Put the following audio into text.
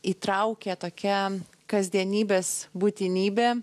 įtraukė tokia kasdienybės būtinybė